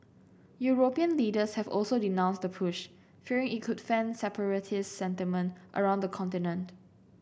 European leaders have also denounce the push fearing it could fan separatist sentiment around the continent